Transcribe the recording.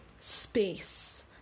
space